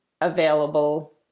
available